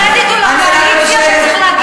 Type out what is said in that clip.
חברת הכנסת פלוסקוב, תמשיכי.